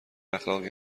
اخلاقی